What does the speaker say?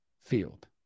field